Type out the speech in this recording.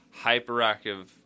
hyperactive